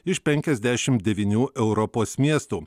iš penkiasdešimt devynių europos miestų